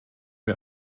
mir